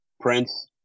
Prince